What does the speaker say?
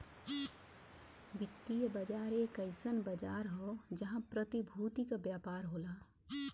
वित्तीय बाजार एक अइसन बाजार हौ जहां प्रतिभूति क व्यापार होला